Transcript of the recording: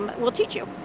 um we'll teach you.